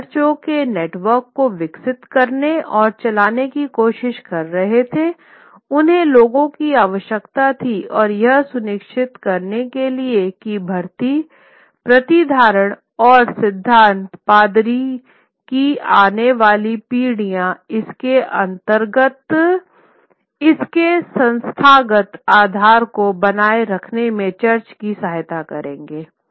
वे चर्चों के नेटवर्क को विकसित करने और चलाने की कोशिश कर रहे थेउन्हें लोगों की आवश्यकता थी और यह सुनिश्चित करने के लिए कि भर्ती प्रतिधारण और सिद्धांत पादरी की आने वाली पीढ़ियों इसके संस्थागत आधार को बनाए रखने में चर्च की सहायता करेंगे